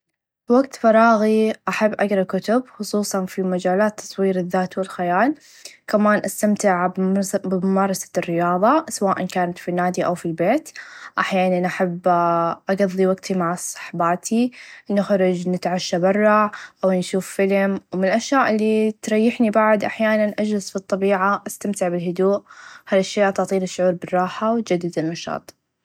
في وقت فراغي أحب أقرأ كتب خصوصا في مچالات تطوير الذات و الخيال كمان استمتع بممارسه الرياظه سواء كانت في النادي او في البيت احيانا احب اقدي وقتي مع الصحباتي نخرچ نتعشى بره او نشوف فلم من الاشياء إلي تريحني بعض أحيانا أجلس في الطبيعه أستمتع بالهدوء هالأشياء تعطيني شعور بالراحه و تچدد النشاط.